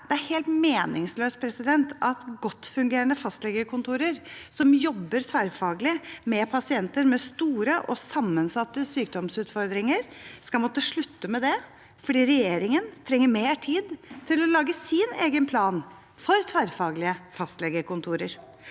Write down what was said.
Det er helt meningsløst at godt fungerende fastlegekontorer som jobber tverrfaglig med pasienter med store og sammensatte sykdomsutfordringer, skal måtte slutte med det fordi regjeringen trenger mer tid til å lage sin egen plan for tverrfaglige fastlegekontorer.